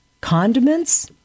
condiments